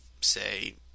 say